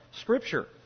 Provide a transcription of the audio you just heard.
Scripture